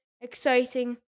exciting